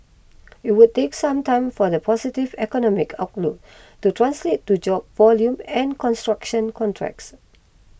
it would take some time for the positive economic outlook to translate to job volume and construction contracts